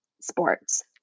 sports